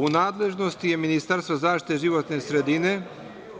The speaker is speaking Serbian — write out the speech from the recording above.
U nadležnosti je Ministarstva zaštite životne sredine,